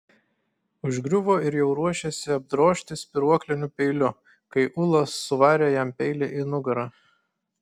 užgriuvo ir jau ruošėsi apdrožti spyruokliniu peiliu kai ula suvarė jam peilį į nugarą